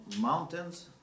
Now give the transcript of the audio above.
mountains